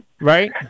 Right